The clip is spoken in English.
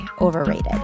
overrated